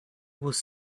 was